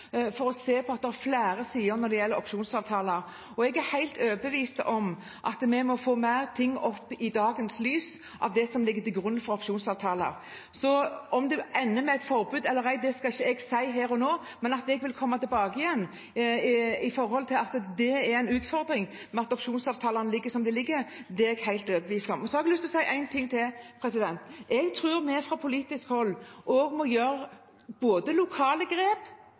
for å se på flere sider når det gjelder opsjonsavtaler. Jeg er helt overbevist om at vi må få mer av det som ligger til grunn for opsjonsavtaler, opp i dagen. Om det ender med et forbud eller ei, skal ikke jeg si her og nå, men at jeg vil komme tilbake til det med tanke på at det er en utfordring med at opsjonsavtalene ligger som de ligger, er jeg overbevist om. Så har jeg lyst til å si en ting til. Jeg tror vi fra politisk hold også må gjøre både lokale grep